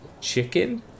chicken